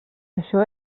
això